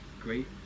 great